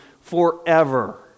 forever